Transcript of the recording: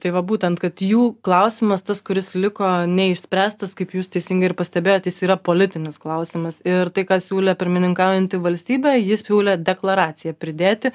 tai va būtent kad jų klausimas tas kuris liko neišspręstas kaip jūs teisingai ir pastebėjot jis yra politinis klausimas ir tai ką siūlė pirmininkaujanti valstybė jis siūlė deklaraciją pridėti